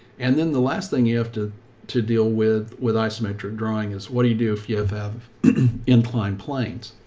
and then the last thing you have to to deal with with isometric drawing is what do you do if you have, have inclined planes?